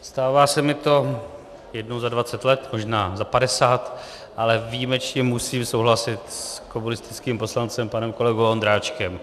Stává se mi to jednou za dvacet let, možná za padesát, ale výjimečně musím souhlasit s komunistickým poslancem panem kolegou Ondráčkem.